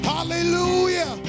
Hallelujah